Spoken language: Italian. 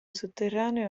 sotterraneo